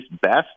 best